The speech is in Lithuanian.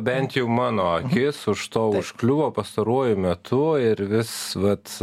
bent jau mano akis už to užkliuvo pastaruoju metu ir vis vat